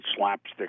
slapstick